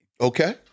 Okay